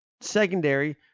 secondary